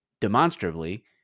demonstrably